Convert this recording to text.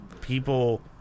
people